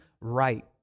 right